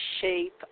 shape